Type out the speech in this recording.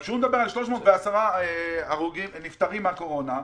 כשהוא מדבר על 310 נפטרים מהקורונה,